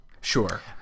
sure